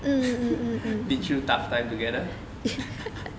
been through tough time together